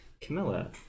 Camilla